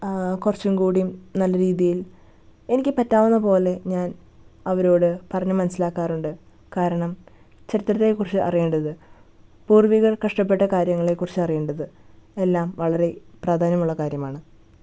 കുറച്ചും കൂടി നല്ല രീതിയിൽ എനിക്ക് പറ്റാവുന്നത് പോലെ ഞാൻ അവരോട് പറഞ്ഞു മനസ്സിലാക്കാറുണ്ട് കാരണം ചരിത്രത്തെക്കുറിച്ച് അറിയേണ്ടത് പൂർവികർ കഷ്ടപ്പെട്ട കാര്യങ്ങളെക്കുറിച്ച് അറിയേണ്ടത് എല്ലാം വളരെ പ്രാധാന്യമുള്ള കാര്യമാണ്